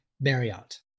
Marriott